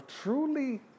truly